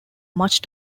much